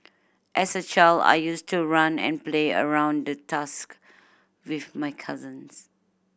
as a child I used to run and play around the tusk with my cousins